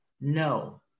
no